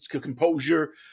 composure